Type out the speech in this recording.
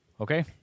Okay